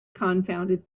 confounded